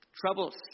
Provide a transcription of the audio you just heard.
troubles